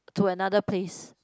to another place